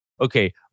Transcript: okay